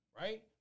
right